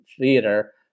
theater